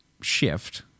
shift